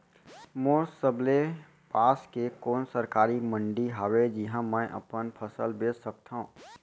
मोर सबले पास के कोन सरकारी मंडी हावे जिहां मैं अपन फसल बेच सकथव?